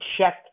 check